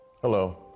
Hello